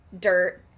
dirt